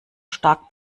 stark